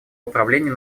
управления